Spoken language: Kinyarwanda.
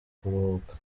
kuruhuka